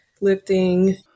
lifting